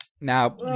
Now